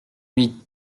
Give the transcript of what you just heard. huit